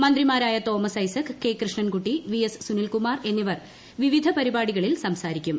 മന്ത്രിമാരായ Thomas Isaac K Krishnankutty V S Sunilkumar എന്നിവർ വിവിധ പരിപാടികളിൽ സംസാരിക്കും